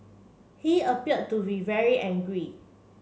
he appeared to be very angry